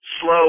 slow